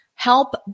Help